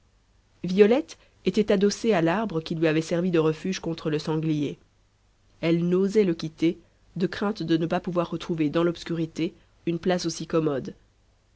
violette était adossée à l'arbre qui lui avait servi de refuge contre le sanglier elle n'osait le quitter de crainte de ne pas retrouver dans l'obscurité une place aussi commode